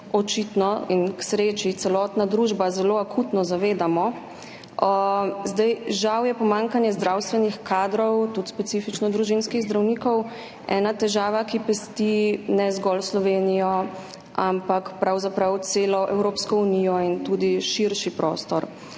očitno in k sreči celotna družba zelo akutno zavedamo. Žal je pomanjkanje zdravstvenih kadrov, specifično tudi družinskih zdravnikov, ena težava, ki pesti ne zgolj Slovenijo, ampak pravzaprav tudi celo Evropsko unijo in tudi širši prostor.